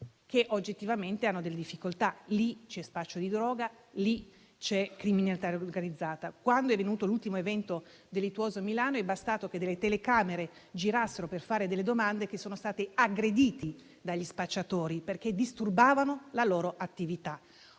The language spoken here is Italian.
che oggettivamente hanno delle difficoltà. Lì c'è spaccio di droga e c'è criminalità organizzata. Quando è avvenuto l'ultimo evento delittuoso a Milano, è bastato che delle telecamere girassero per fare delle domande perché gli operatori e i giornalisti fossero aggrediti dagli spacciatori, dal momento che disturbavano la loro attività.